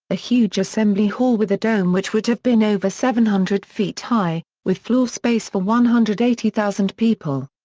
a huge assembly hall with a dome which would have been over seven hundred feet high, with floor space for one hundred and eighty thousand people.